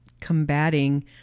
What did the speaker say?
combating